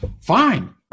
Fine